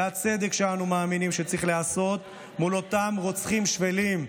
זה הצדק שאנו מאמינים שצריך להיעשות מול אותם רוצחים שפלים.